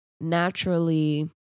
naturally